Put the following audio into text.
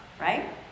right